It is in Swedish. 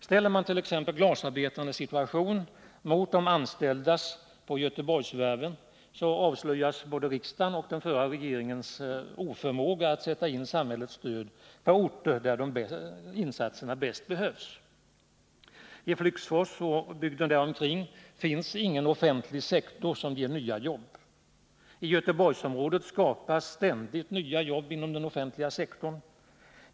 Ställer man t.ex. glasarbetarnas situation mot läget för de anställda på Göteborgsvarven avslöjas både riksdagens och den förra regeringens oförmåga att sätta in samhällets stöd på orter där det bäst behövs. I Flygsfors och 47 bygden där omkring finns ingen offentlig sektor som ger nya jobb. I Göteborgsområdet skapas ständigt nya jobb inom den offentliga sektorn.